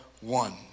one